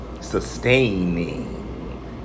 Sustaining